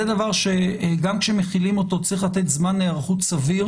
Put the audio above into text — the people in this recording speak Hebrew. וזה דבר שגם כשמחילים אותו צריך לתת זמן היערכות סביר